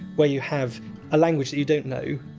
where you have a language you don't know,